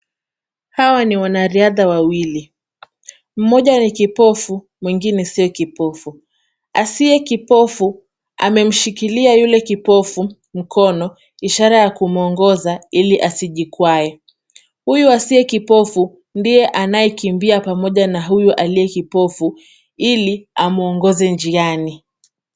Hawa ni wanariadha wawili. Mmoja ni kipofu, mwingine sio kipofu. Asiye kipofu amemshikilia yule kipofu mkono, ishara ya kumwongoza ili asijikwae. Huyu asiye kipofu ndiye anayekimbia pamoja na huyu aliye kipofu ili amwongoze njiani.